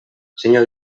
senyor